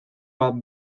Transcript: bat